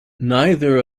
neither